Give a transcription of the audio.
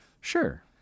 Sure